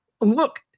Look